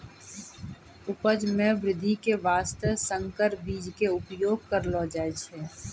उपज मॅ वृद्धि के वास्तॅ संकर बीज के उपयोग करलो जाय छै